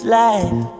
life